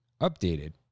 updated